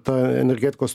ta energetikos